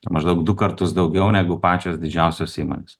maždaug du kartus daugiau negu pačios didžiausios įmonės